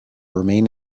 remain